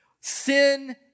Sin